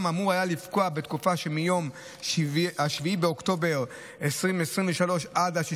אמור היה לפקוע בתקופה שמיום 7 באוקטובר 2023 עד 6